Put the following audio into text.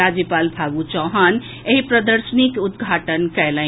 राज्यपाल फागू चौहान एहि प्रदर्शनीक उद्घाटन कयलनि